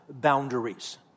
boundaries